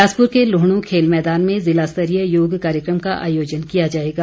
बिलासपुर के लुहण् खेल मैदान में जिला स्तरीय योग कार्यक्रम का आयोजन किया जाएगा